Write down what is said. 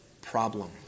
problem